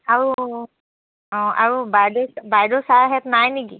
আৰু অঁ আৰু বাইদেউ বাইদেউ চাৰহঁত নাই নেকি